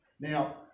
Now